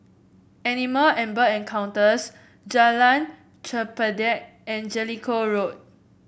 Animal and Bird Encounters Jalan Chempedak and Jellicoe Road